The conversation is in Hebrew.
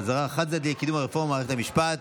חזרה חד צדדית לקידום הרפורמה במערכת המשפט.